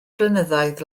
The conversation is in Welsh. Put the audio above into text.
blynyddoedd